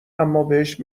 امابهش